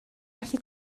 gallu